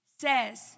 says